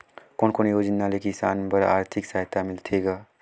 कोन कोन योजना ले किसान बर आरथिक सहायता मिलथे ग?